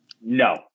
No